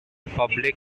public